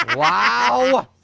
wow.